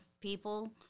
people